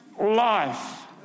life